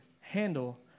handle